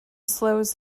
slows